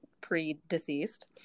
pre-deceased